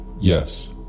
Yes